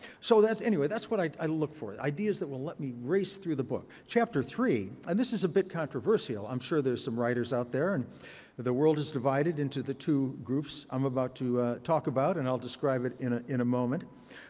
so that's, anyway, that's what i look for, ideas that will let me race through the book. chapter three, and this is a bit controversial. i'm sure there's some writers out there. and the world is divided into the two groups i'm about to talk about, and i'll describe it in ah in a moment.